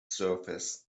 surface